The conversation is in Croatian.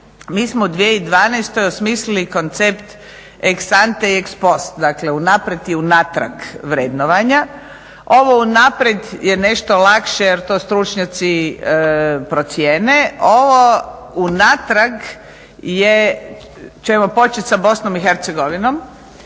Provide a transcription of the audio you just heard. mi smo u 2012. osmislili koncept ex-ante i ex-post, dakle unaprijed i unatrag vrednovanja. Ovo unaprijed je nešto lakše jer to stručnjaci procjene, ovo unatrag ćemo početi sa BiH zato jer je to